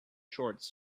shorts